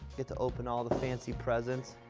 get to open all the fancy presents.